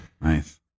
Nice